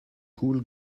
cool